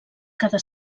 cada